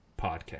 podcast